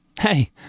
Hey